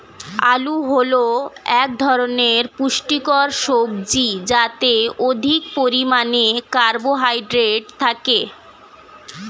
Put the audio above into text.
আলু হল এক ধরনের পুষ্টিকর সবজি যাতে অধিক পরিমাণে কার্বোহাইড্রেট থাকে